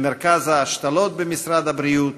למרכז ההשתלות במשרד הבריאות,